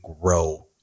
grow